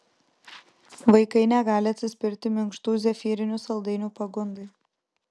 vaikai negali atsispirti minkštų zefyrinių saldainių pagundai